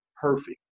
perfect